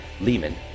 Lehman